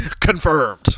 Confirmed